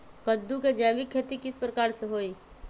कददु के जैविक खेती किस प्रकार से होई?